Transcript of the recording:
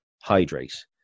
hydrate